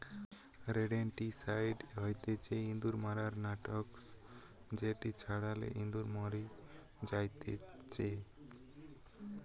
rodenticide হতিছে ইঁদুর মারার নাশক যেটি ছড়ালে ইঁদুর মরি জাতিচে